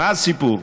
מה הסיפור?